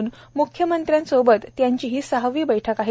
म्ख्यमंत्र्यांसोबत त्यांची ही सहावी बैठक आहे